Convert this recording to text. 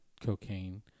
cocaine